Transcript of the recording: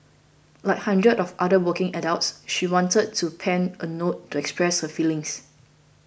like hundreds of other working adults she wanted to pen a note to express her feelings